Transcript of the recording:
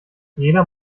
jeder